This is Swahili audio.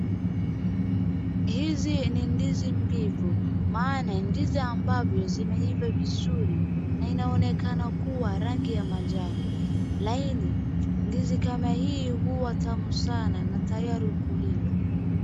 Hizi ni ndizi mbivu maana ndizi ambavyo vimeiva vizuri na inaonekana kuwa rangi ya manjano, laini, ndizi kama hii hukua tamu sana na tayari kuliwa.